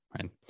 right